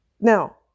Now